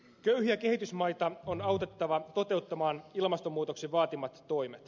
köyhiä kehitysmaita on autettava toteuttamaan ilmastonmuutoksen vaatimat toimet